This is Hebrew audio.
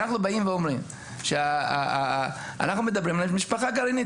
אנחנו מדברים על משפחה גרעינית.